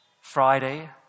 Friday